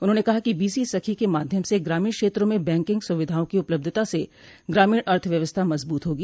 उन्होंने कहा कि बीसी सखी के माध्यम से ग्रामीण क्षेत्रों में बैंकिंग सुविधाओं की उपलब्धता से ग्रामीण अर्थ व्यवस्था मजबूत होगी